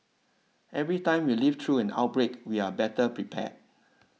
every time we live through an outbreak we are better prepared